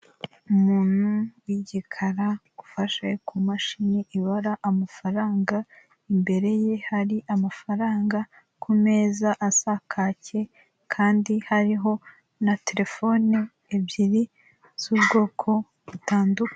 Umuntu w'igikara ufashe ku mashini ibara amafaranga, imbere ye hari amafaranga kumeze asa kacye Kandi hariho na Telefone ebyiri z'ubwoko butandukanye.